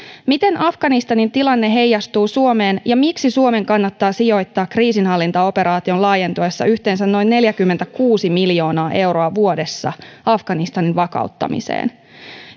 miten afganistanin tilanne heijastuu suomeen ja miksi suomen kannattaa sijoittaa kriisinhallintaoperaation laajentuessa yhteensä noin neljäkymmentäkuusi miljoonaa euroa vuodessa afganistanin vakauttamiseen